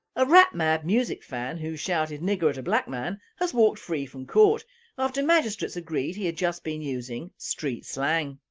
a rap-mad music fan who shouted nigger at a black man has walked free from court after magistrates agreed he had just been using street slang.